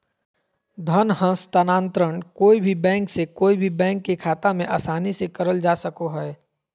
धन हस्तान्त्रंण कोय भी बैंक से कोय भी बैंक के खाता मे आसानी से करल जा सको हय